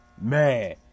man